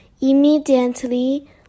Immediately